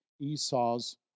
Esau's